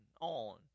on